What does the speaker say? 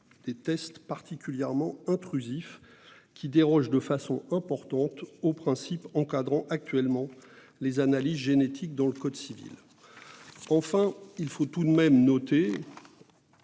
des tests particulièrement intrusifs et dérogeant de façon importante aux principes encadrant les analyses génétiques dans le code civil. Je salue tout de même la